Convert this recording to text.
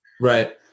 Right